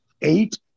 eight